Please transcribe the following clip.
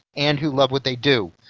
and who love what they do.